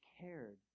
cared